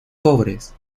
pobres